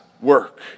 work